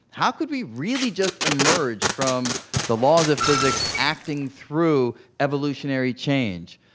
how could we really just emerge from the laws of physics acting through evolutionary change?